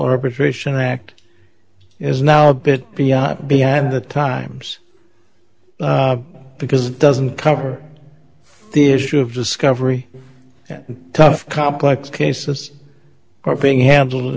arbitration act is now a bit beyond beyond the times because it doesn't cover the issue of discovery and tough complex cases are being handled